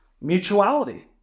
mutuality